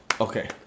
Okay